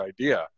idea